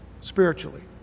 spiritually